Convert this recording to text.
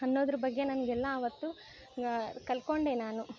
ಅನ್ನೋದ್ರ ಬಗ್ಗೆ ನನಗೆಲ್ಲ ಆವತ್ತು ಕಲ್ತ್ಕೊಂಡೆ ನಾನು